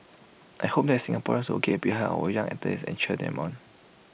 I hope that Singaporeans will get behind our young athletes and cheer them on